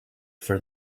for